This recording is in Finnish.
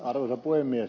arvoisa puhemies